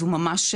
זו ממש,